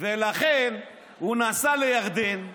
ולכן הוא נסע לירדן,